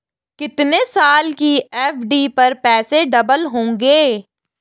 कितने साल की एफ.डी पर पैसे डबल होंगे?